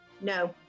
No